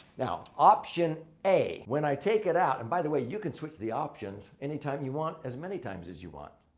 now, option a, when i take it out and by the way, you can switch the options anytime you want as many times as you want.